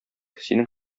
синең